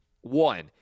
One